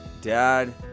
dad